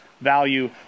value